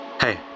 Hey